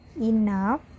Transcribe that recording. enough